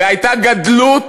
והייתה גדלות